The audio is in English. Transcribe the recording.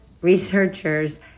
researchers